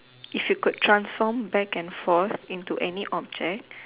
if you could transform back and forth into any object